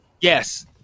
Yes